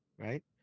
right